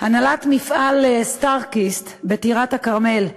הנהלת מפעל "סטארקיסט" בטירת-כרמל,